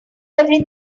every